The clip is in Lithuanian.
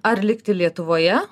ar likti lietuvoje